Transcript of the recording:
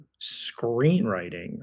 screenwriting